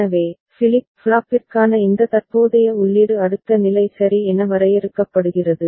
எனவே ஃபிளிப் ஃப்ளாப்பிற்கான இந்த தற்போதைய உள்ளீடு அடுத்த நிலை சரி என வரையறுக்கப்படுகிறது